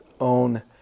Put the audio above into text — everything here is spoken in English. own